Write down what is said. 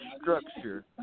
structure